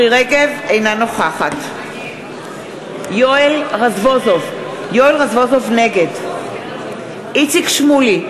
אינה נוכחת יואל רזבוזוב, נגד איציק שמולי,